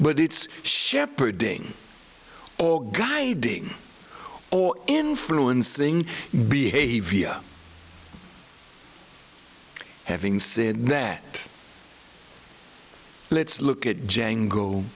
but it's shepherding or guiding or influencing behavior having said that let's look at djang